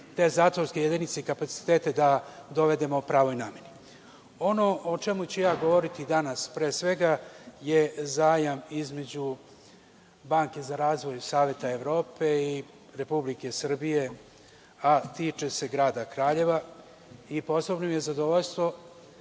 te zatvorske jedinice i kapacitete da dovedemo pravoj nameni. Ono o čemu ću ja govoriti danas, pre svega, je zajam između Banke za razvoj Saveta Evrope i Republike Srbije, a tiče se grada Kraljeva. Posebno mi je zadovoljstvo